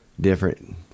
different